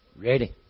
Ready